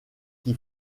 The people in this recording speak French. qui